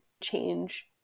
change